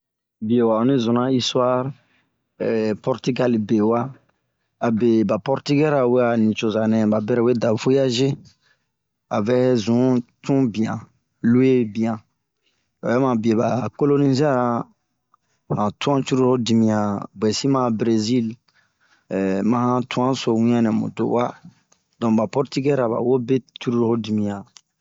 Bie wa anizuna ri istuare Pɔrtigale be wa, abe ba pɔrtigɛ ra we'a nicoza nɛba bɛrɛ we da voyaze avɛ zun tunbian ,luee bian ,obɛ ma bie ba kolonize'a han tuanh cururu ho dimiɲan. Biesin a berezil ehh ma han tuan so muyann nɛ mimu do'uoa ,donke ba pɔrtigɛra ba wo be cururu ho dimiɲan.